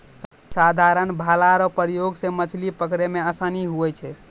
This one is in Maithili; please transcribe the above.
साधारण भाला रो प्रयोग से मछली पकड़ै मे आसानी हुवै छै